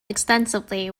extensively